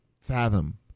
fathom